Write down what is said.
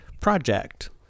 project